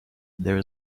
there